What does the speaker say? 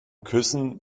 küssen